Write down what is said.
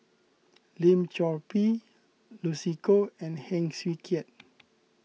Lim Chor Pee Lucy Koh and Heng Swee Keat